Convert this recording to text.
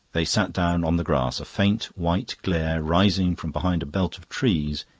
they sat down on the grass. a faint white glare, rising from behind a belt of trees,